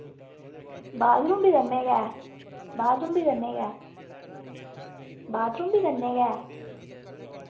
bathroom बी कन्नै गै बाथरूम बी कन्नै गै बाथरूम बी कन्नै गै ऐ